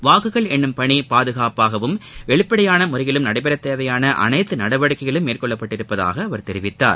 வாக்குகள் எண்ணும் பணி பாதுகாப்பாகவும் வெளிப்படையான முறையிலும் நடைபெறத் தேவையான அனைத்து நடவடிக்கைகளும் மேற்கொள்ளப்பட்டுள்ளதாக அவர் தெரிவித்தார்